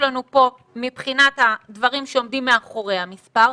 לנו פה מבחינת הדברים שעומדים מאחורי המספר,